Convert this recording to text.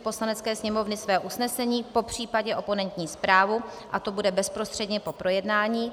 Poslanecké sněmovny své usnesení, popř. oponentní zprávu, a to bude bezprostředně po projednání